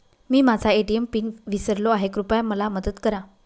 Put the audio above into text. मी माझा ATM pin विसरलो आहे, कृपया मला मदत करा